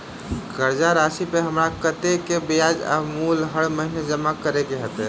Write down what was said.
कर्जा राशि पर हमरा कत्तेक ब्याज आ मूल हर महीने जमा करऽ कऽ हेतै?